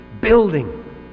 building